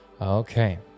okay